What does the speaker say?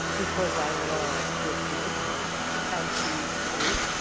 because i love good food and cheese to boot.